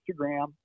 Instagram